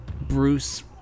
Bruce